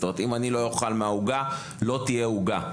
זאת אומרת שאם אני לא אוכל מהעוגה אז לא תהיה עוגה.